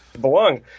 belong